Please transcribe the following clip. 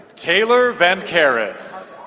taylor vanvakaris